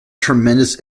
tremendous